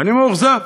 ואני מאוכזב.